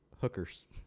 hookers